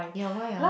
ya why ah